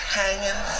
hanging